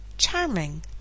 charming